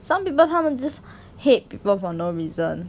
some people 他们 just hate people for no reason